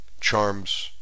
Charms